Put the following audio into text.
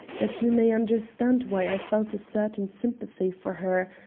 that you may understand why i felt a certain sympathy for her,